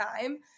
time